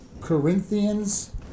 Corinthians